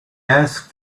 asked